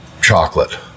chocolate